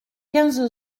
quinze